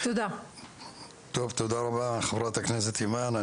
תודה רבה, חברת הכנסת אימאן.